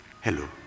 Hello